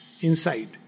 inside